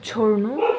छोड्नु